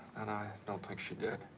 and i don't think she did.